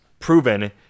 proven